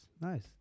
Nice